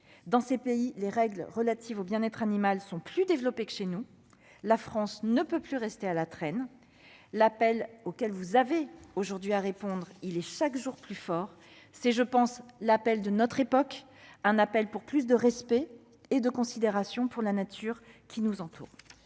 Dans ces pays, les règles relatives au bien-être animal sont plus développées que chez nous. La France ne peut plus rester à la traîne. L'appel auquel vous avez aujourd'hui à répondre est chaque jour plus fort. C'est, je pense, l'appel de notre époque, un appel pour plus de respect et de considération pour la nature qui nous entoure.